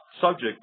subject